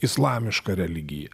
islamiška religija